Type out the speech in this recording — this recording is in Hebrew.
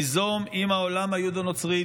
ליזום עם העולם היהודו-נוצרי,